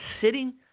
sitting –